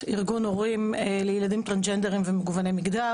והוא טוען שמטפלים חוששים לטפל בלהט"ב שמא הם יכנסו לכלא.